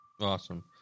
Awesome